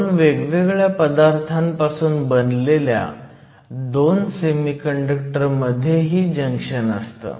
2 वेगवेगळ्या पदार्थांपासून बनलेल्या 2 सेमीकंडक्टर मध्येही जंक्शन असतं